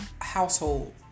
household